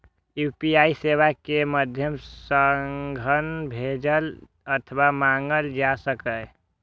UPI सेवा के माध्यम सं धन भेजल अथवा मंगाएल जा सकैए